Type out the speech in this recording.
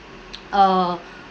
uh